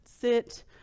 sit